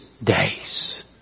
Days